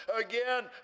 Again